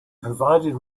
provided